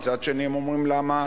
מצד שני הם אומרים למה